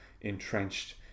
entrenched